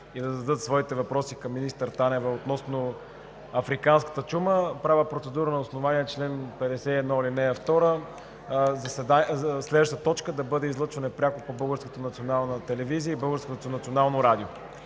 и да зададат своите въпроси към министър Танева относно африканската чума, правя процедура на основание чл. 51, ал. 2 следващата точка да бъде излъчвана пряко по Българската